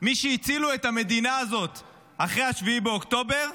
מי שהצילו את המדינה הזאת אחרי 7 באוקטובר: